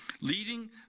leading